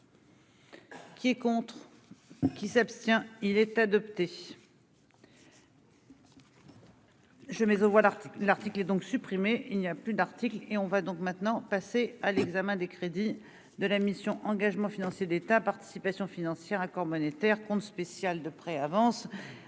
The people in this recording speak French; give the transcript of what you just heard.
Qui est contre qui s'abstient, il est adopté. Je mets aux voix l'article, l'article et donc supprimer, il n'y a plus d'articles et on va donc maintenant passer à l'examen des crédits de la mission Engagements financiers d'État participation financière Accords monétaires compte spécial de près, avance